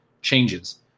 changes